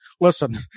listen